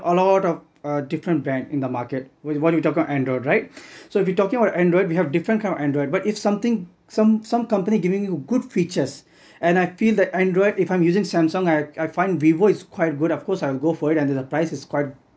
a lot of uh different brand in the market with what you're talking about android right so if you talking about android we have different kind of android but if something some some company giving you good features and I feel that android if I'm using samsung I I find vivo is quite good of course I will go for it and the price is quite